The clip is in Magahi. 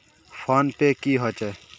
फ़ोन पै की होचे?